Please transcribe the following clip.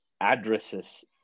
addresses